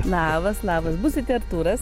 labas labas būsite artūras